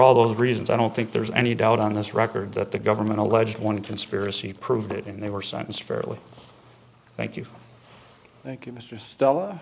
all those reasons i don't think there's any doubt on this record that the government alleged one conspiracy proved it and they were sentenced fairly thank you thank you mr della